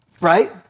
right